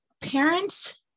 parents